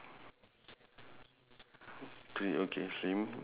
you try to count your bees got how many bees